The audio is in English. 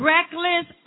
Reckless